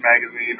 Magazine